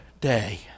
day